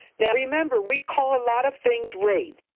now, remember, we call a lot of things rates,